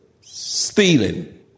Stealing